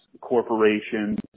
corporations